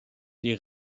die